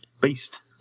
beast